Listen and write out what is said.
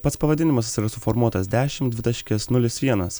pats pavadinimas jis yra suformuotas dešim dvitaškis nulis vienas